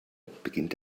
beginnt